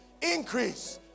increase